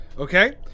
Okay